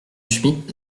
schmid